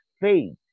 faith